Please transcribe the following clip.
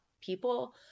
people